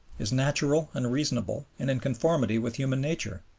is natural and reasonable and in conformity with human nature.